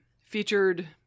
featured